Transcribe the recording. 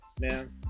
man